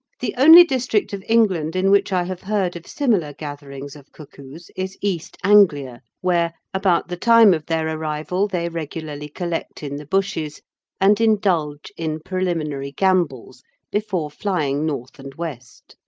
the only district of england in which i have heard of similar gatherings of cuckoos is east anglia, where, about the time of their arrival, they regularly collect in the bushes and indulge in preliminary gambols before flying north and west.